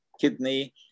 kidney